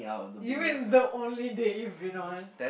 you mean the only date you've been on